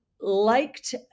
liked